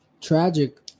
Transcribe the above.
Tragic